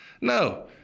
No